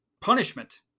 punishment